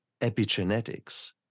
epigenetics